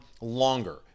longer